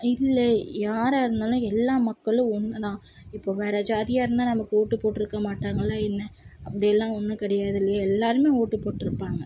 இல்லை யாராக இருந்தாலும் எல்லா மக்களும் ஒன்று தான் இப்போ வேறு ஜாதியாக இருந்தால் நமக்கு ஓட்டு போட்ருக்க மாட்டாங்களா என்ன அப்படி எல்லாம் ஒன்று கிடையாதுல்லையா எல்லாருமே ஓட்டு போட்டுருப்பாங்க